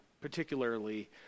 particularly